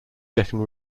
getting